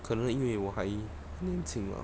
可能因为我还年轻啦